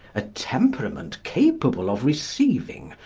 a temperament capable of receiving,